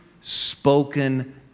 spoken